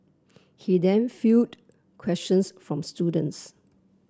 he then fielded questions from students